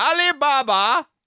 Alibaba